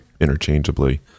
interchangeably